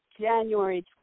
January